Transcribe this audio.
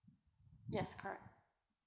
yes correct